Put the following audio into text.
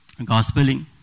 gospeling